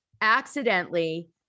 accidentally